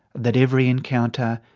that every encounter,